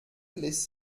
lässt